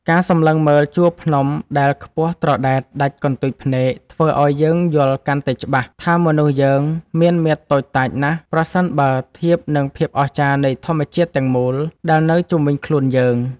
ការសម្លឹងមើលជួរភ្នំដែលខ្ពស់ត្រដែតដាច់កន្ទុយភ្នែកធ្វើឱ្យយើងយល់កាន់តែច្បាស់ថាមនុស្សយើងមានមាឌតូចតាចណាស់ប្រសិនបើធៀបនឹងភាពអស្ចារ្យនៃធម្មជាតិទាំងមូលដែលនៅជុំវិញខ្លួនយើង។